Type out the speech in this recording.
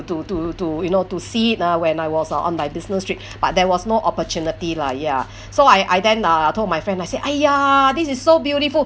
to to to you know to see it when I was uh on my business trip but there was no opportunity lah ya so I I then I told my friend I say !aiya! this is so beautiful